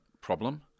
problem